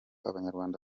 abanyarwanda